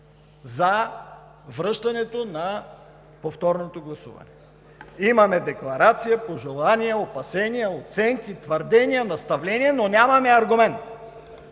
за връщането на повторното гласуване. Имаме декларация, пожелания, опасения, оценки, твърдения, наставления, но нямаме аргумент.